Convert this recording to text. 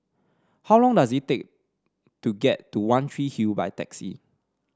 how long does it take to get to One Tree Hill by taxi